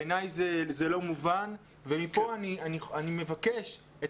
בעיני זה לא מובן ומכאן אני מבקש את